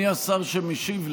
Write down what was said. מי השר שמשיב לי?